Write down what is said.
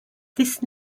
this